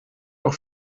auch